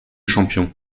champions